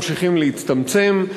ממשיכים להצטמצם,